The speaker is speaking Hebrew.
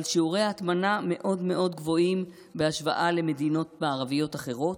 אבל שיעורי ההטמנה מאוד מאוד גבוהים בהשוואה למדינות מערביות אחרות.